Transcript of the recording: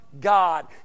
God